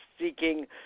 seeking